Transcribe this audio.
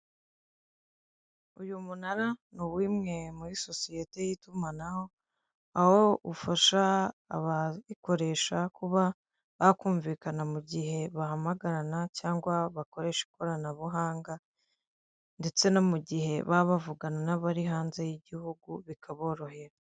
Uyu munara ni uw'imwe muri sosiyete y'itumanaho, aho ufasha abayikoresha kuba bakumvikana mu gihe bahamagarana cyangwa bakoresha ikoranabuhanga, ndetse no mu gihe baba bavugana n'abari hanze y'igihugu bikaborohera.